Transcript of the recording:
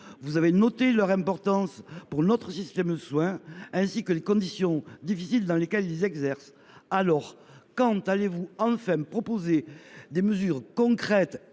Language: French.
vous avez noté leur importance pour notre système de soins, ainsi que les conditions difficiles dans lesquelles ils exercent. Quand allez vous enfin proposer des mesures concrètes